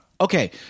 Okay